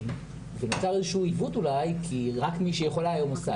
ונוצר איזשהו עיוות כי רק מי שיכולה עושה